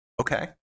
Okay